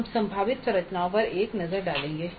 हम संभावित संरचनाओं पर एक नजर डालेंगे